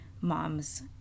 mom's